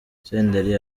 senderi